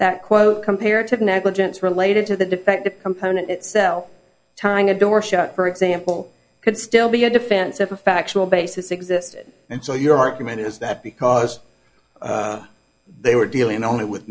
that quote comparative negligence related to the defective component itself turning a door shut for example could still be a defense if a factual basis existed and so your argument is that because they were dealing only with